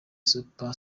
super